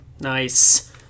Nice